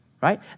right